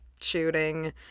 shooting